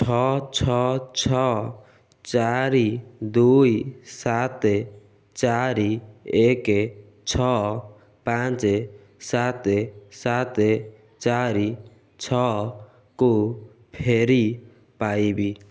ଛଅ ଛଅ ଛଅ ଚାରି ଦୁଇ ସାତ ଚାରି ଏକ ଛଅ ପାଞ୍ଚ ସାତ ସାତ ଚାରିକୁ ଫେରି ପାଇବି